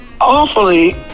awfully